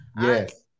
Yes